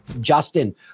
Justin